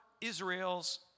Israels